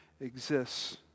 exists